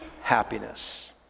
happiness